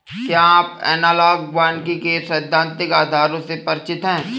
क्या आप एनालॉग वानिकी के सैद्धांतिक आधारों से परिचित हैं?